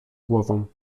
głową